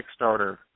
Kickstarter